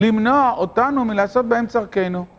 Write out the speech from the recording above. למנוע אותנו מלעשות באמצע ארכאנו